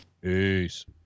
Peace